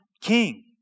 king